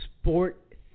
sport